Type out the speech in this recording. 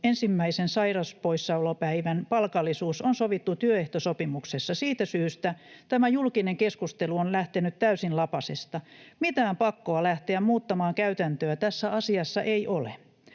ensimmäisen sairaspoissaolopäivän palkallisuus on sovittu työehtosopimuksessa. Siitä syystä tämä julkinen keskustelu on lähtenyt täysin lapasesta. Mitään pakkoa lähteä muuttamaan käytäntöä tässä asiassa ei ole.